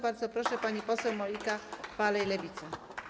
Bardzo proszę, pani poseł Monika Falej, Lewica.